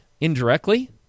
indirectly